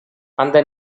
அந்த